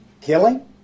killing